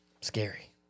Scary